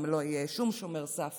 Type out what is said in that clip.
גם לא יהיה שום שומר סף